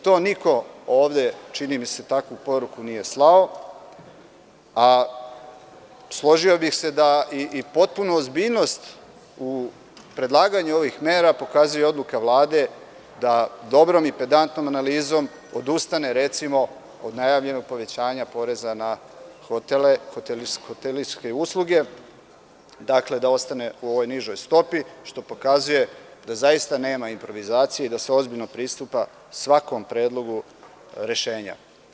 To niko ovde, čini mi se, takvu poruku nije slao, a složio bih se da potpunu ozbiljnost u predlaganju ovih mera pokazuje odluka Vlade da dobrom i pedantnom analizom odustane, recimo, od najavljenog povećanja poreza na hotelske usluge, da ostane po ovoj nižoj stopi, što pokazuje da zaista nema improvizacije i da se ozbiljno pristupa svakom predlogu rešenja.